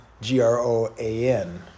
G-R-O-A-N